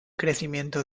crecimiento